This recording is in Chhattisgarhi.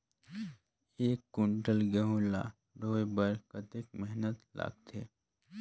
एक कुंटल गहूं ला ढोए बर कतेक मेहनत लगथे?